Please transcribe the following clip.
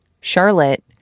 Charlotte